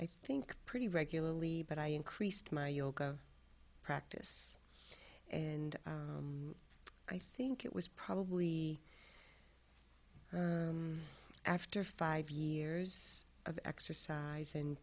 i think pretty regularly but i increased my yoga practice and i think it was probably after five years of exercise and